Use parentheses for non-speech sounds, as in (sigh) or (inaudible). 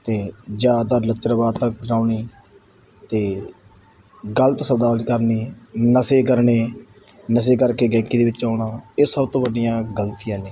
ਅਤੇ ਜ਼ਿਆਦਾਤਰ ਲੱਚਰਵਾਰਤਾ ਫੈਲਾਉਣੀ ਅਤੇ ਗਲਤ (unintelligible) ਕਰਨੀ ਨਸ਼ੇ ਕਰਨੇ ਨਸ਼ੇ ਕਰਕੇ ਗਾਇਕੀ ਦੇ ਵਿੱਚ ਆਉਣਾ ਇਹ ਸਭ ਤੋਂ ਵੱਡੀਆਂ ਗਲਤੀਆਂ ਨੇ